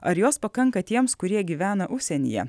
ar jos pakanka tiems kurie gyvena užsienyje